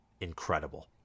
Incredible